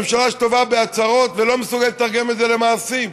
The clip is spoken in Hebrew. ממשלה שטובה בהצהרות ולא מסוגלת לתרגם את זה למעשים.